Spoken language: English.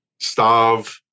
stav